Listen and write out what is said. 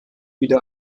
wieder